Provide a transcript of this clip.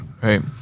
Right